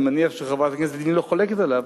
ואני מניח שחברת הכנסת לבני לא חולקת עליו,